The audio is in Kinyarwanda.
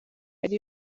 hari